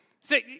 See